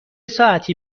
ساعتی